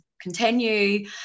continue